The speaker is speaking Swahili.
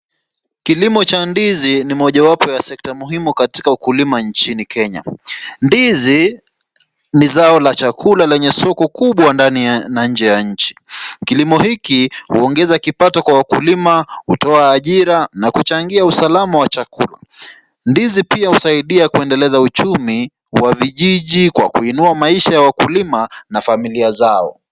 Kilimo cha ndizi ni mojawapo ya sekta muhimu katika ukulima nchini Kenya. Ndizi ni zao la chakula lenye soko kubwa ndani na nje ya nchi. Kilimo hiki huongeza kipato kwa wakulima, hutoa ajira, na kuchangia usalama wa chakula. Ndizi pia husaidia kuendeleza uchumi wa vijiji, kwa kuinua maisha ya wakulima na familia zao.